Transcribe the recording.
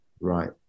right